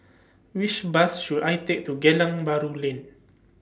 Which Bus should I Take to Geylang Bahru Lane